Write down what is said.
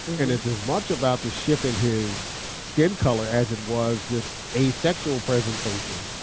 and it's as much about the shift in his skin color as it was just a sexual presentation.